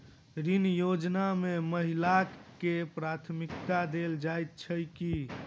ऋण योजना मे महिलाकेँ प्राथमिकता देल जाइत छैक की?